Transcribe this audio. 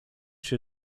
się